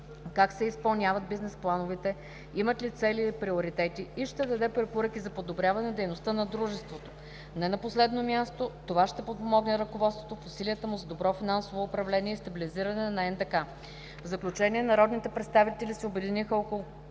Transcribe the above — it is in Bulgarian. как се изпълняват бизнес плановете, имат ли цели и приоритети, и ще даде препоръки за подобряване на дейността на дружеството. Не на последно място това ще подпомогне ръководството в усилията му за добро финансово управление и стабилизиране на НДК. В заключение, народните представители се обединиха около